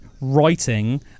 writing